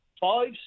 five